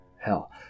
hell